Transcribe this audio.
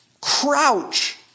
crouch